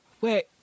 Wait